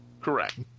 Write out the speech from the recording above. correct